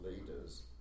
leaders